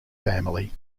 family